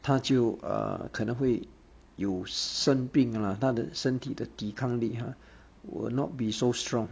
他就 err 可能会有生病 lah 他的身体的抵抗力 !huh! will not be so strong